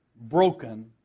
broken